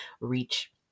reach